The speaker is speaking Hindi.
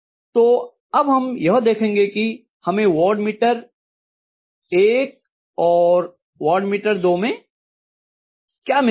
तो अब हम यह देखेंगे कि हमें वाट मीटर एक और वाट मीटर दो में हमें क्या मिलता है